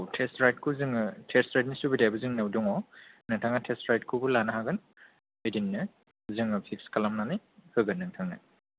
औ टेस्ट राइडखौ जोङो टेस्ट राइडनि सुबिदायाबो जोंनाव दङ नोंथाङा टेस्ट राइडखौबो लानो हागोन ओइदिननो जोङो फिक्स खालामनानै होगोन नोंथांनो